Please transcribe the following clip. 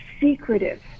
secretive